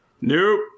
Nope